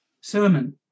sermon